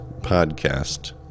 podcast